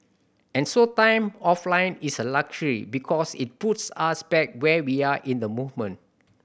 and so time offline is a luxury because it puts us back where we are in the movement